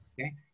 okay